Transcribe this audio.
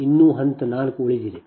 ಇನ್ನೂ ಹಂತ 4 ಉಳಿದಿದೆ